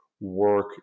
work